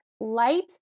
light